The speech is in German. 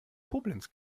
koblenz